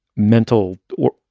mental or,